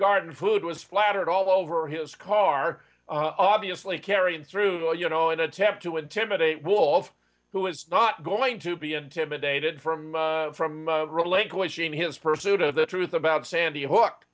garden food was splattered all over his car obviously carry him through all you know and attempt to intimidate wolf who is not going to be intimidated from from relinquishing his person to the truth about sandy hook